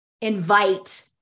invite